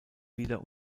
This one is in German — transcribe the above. wieder